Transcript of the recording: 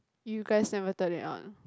you guys never turn it on